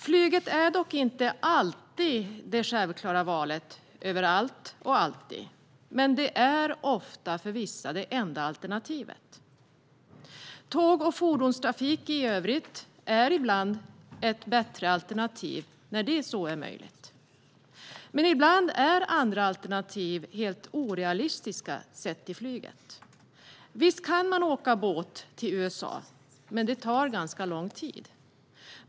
Flyget är dock inte alltid det självklara valet överallt. Men för vissa är det ändå det enda alternativet. Tåg och fordonstrafik i övrigt är ibland ett bättre alternativ. Men ibland är andra alternativ helt orealistiska, sett till flyget. Visst kan man åka båt till USA, men det tar ganska lång tid.